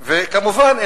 וכמובן,